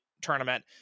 tournament